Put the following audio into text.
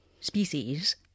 species